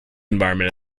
environment